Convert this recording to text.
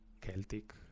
Celtic